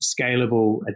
scalable